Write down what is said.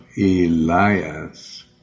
Elias